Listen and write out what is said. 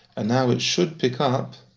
and now it should pick up